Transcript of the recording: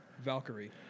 Valkyrie